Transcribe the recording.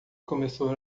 começou